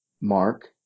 Mark